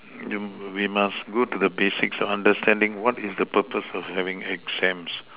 you we must go to the basic understanding what is the purpose of having exams